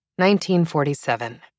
1947